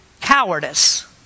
cowardice